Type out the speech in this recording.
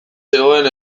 zegoen